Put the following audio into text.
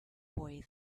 boy